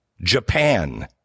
Japan